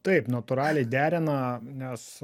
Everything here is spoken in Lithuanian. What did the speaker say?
taip natūraliai derina nes